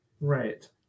Right